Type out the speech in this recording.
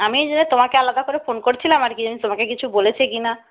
আমি তোমাকে আলাদা করে ফোন করছিলাম আর কি তোমাকে কিছু বলেছে কি না